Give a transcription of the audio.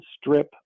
strip